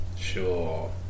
Sure